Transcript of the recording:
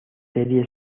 serie